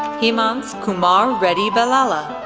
hemanth kumar reddy bellala,